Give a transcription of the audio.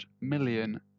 million